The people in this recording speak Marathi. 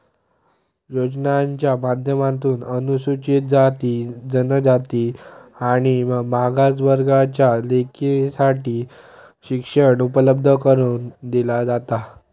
योजनांच्या माध्यमातून अनुसूचित जाती, जनजाति आणि मागास वर्गाच्या लेकींसाठी शिक्षण उपलब्ध करून दिला जाता